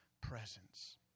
presence